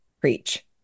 preach